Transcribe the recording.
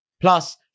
Plus